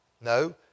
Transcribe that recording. No